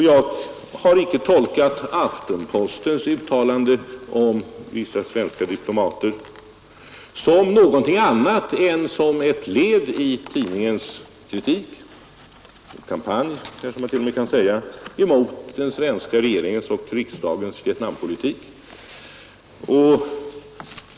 Jag har icke tolkat Aftenpostens uttalande om vissa svenska diplomater som någonting annat än ett led i tidningens kritik — kampanj, kanske man t.o.m. kan säga — av den svenska regeringens och riksdagens Vietnampolitik.